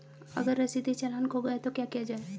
अगर रसीदी चालान खो गया तो क्या किया जाए?